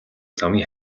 замын